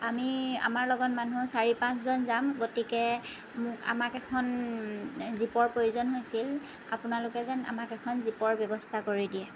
আমি আমাৰ লগত মানুহ চাৰি পাঁচজন যাম গতিকে আমক এখন জীপৰ প্ৰয়োজন হৈছিল আপোনালোকে যেন আমাক এখন জীপৰ ব্যৱস্থা কৰি দিয়ে